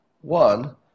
One